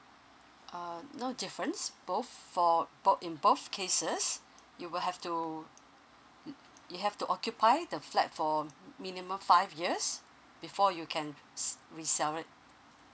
uh no difference both for bo~ in both cases you will have to you have to occupy the flat for minimum five years before you can s~ resell it